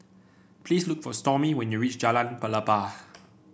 please look for Stormy when you reach Jalan Pelepah